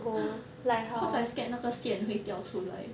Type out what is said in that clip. cause I scared 那个线会掉出来